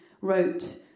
wrote